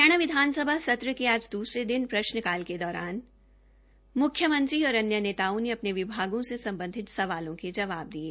हरियाणा विधानसभा के आज दूसरे दिन प्रश्नकाल के दौरन म्ख्यमंत्री और अन्य नेताओं ने अपने विभागों से सम्बधित सवालों के जवाब दिये